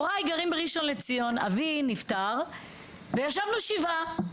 הוריי גרים בראשון לציון, אבי נפטר וישבנו שבעה.